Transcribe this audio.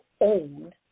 own